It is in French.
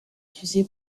utilisé